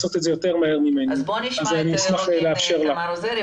אני רוצה להתייחס לשני דברים בנפרד: